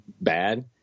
bad